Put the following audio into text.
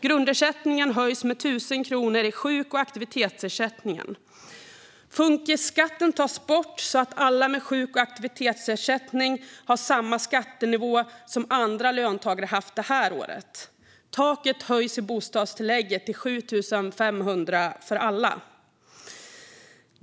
Grundersättningen höjs med 1 000 kronor i sjuk och aktivitetsersättningen. Funkisskatten tas bort så att alla med sjuk och aktivitetsersättning har samma skattenivå som andra löntagare haft det här året. Taket höjs i bostadstillägget till 7 500 kronor för alla.